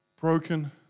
Broken